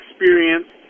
experience